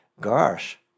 Gosh